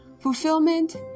Fulfillment